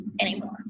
anymore